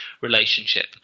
relationship